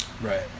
Right